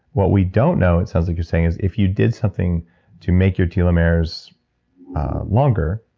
what we don't know, it sounds like you're saying, is if you did something to make your telomeres longer,